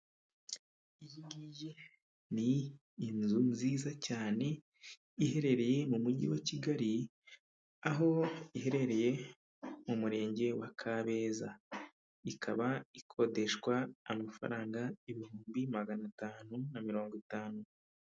Iyi ngiyi ni inzu nziza cyane, iherereye mu mujyi wa Kigali, aho iherereye mu murenge wa Kabeza, ikaba ikodeshwa amafaranga ibihumbi magana atanu na mirongo itanu.